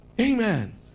Amen